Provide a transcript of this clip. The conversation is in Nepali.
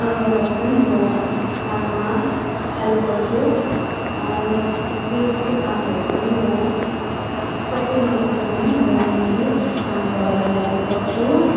आमा बाबाको पनि मो काममा हेल्प गर्छु जे जस्तो काम भए पनि म सके नसके पनि म अलिलि आमा बाबालाई हेल्प गर्छु